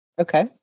Okay